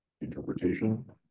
interpretation